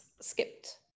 skipped